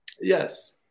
Yes